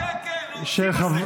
לך לשוק,